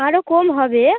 আরো কম হবে